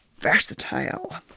versatile